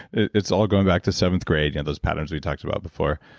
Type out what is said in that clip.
it's all going back to seventh grade. and those patterns we talked about before.